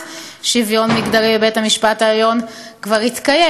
שוויון מגדרי בבית-המשפט העליון כבר התקיים.